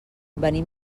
venim